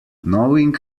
knowing